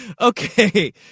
Okay